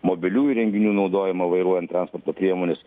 mobilių įrenginių naudojimą vairuojant transporto priemones